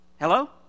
Hello